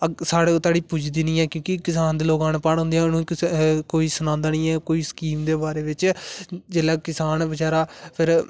साढ़े धोड़ी पुजदी नेई है कि के किसान लोग अनपढ होंदे ना उनेंगी कोई सनांदा नेई है कि कोई स्कीम दे बारे बिच्च जिसले किसान बचारा